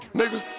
niggas